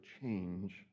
change